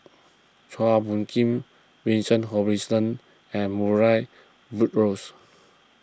Chua Phung Kim Vincent Hoisington and Murray Buttrose